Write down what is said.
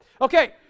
Okay